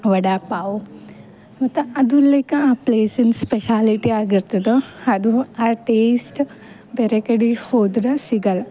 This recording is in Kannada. ವಡಾಪಾವ್ ಮತ್ತು ಅದು ಲೈಕ ಆ ಪ್ಲೇಸಿನ ಸ್ಪೆಷಾಲಿಟಿ ಆಗಿರ್ತದೆ ಅದು ಆ ಟೇಸ್ಟ್ ಬೇರೆ ಕಡೆ ಹೋದ್ರೆ ಸಿಗೋಲ್ಲ